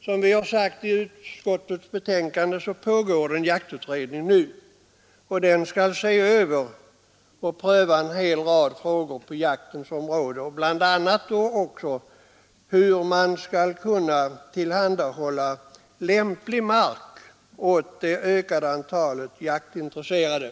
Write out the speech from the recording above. Som vi sagt i betänkandet pågår inom jaktmarksutredningen arbete med att se över och pröva en hel rad frågor på jaktens område, bl.a. frågan hur man skall kunna tillhandahålla lämplig mark åt det ökade antalet jaktintresserade.